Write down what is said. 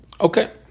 Okay